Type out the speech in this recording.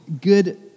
good